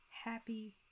Happy